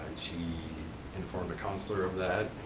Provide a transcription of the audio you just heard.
she informed her counselor of that